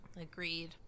agreed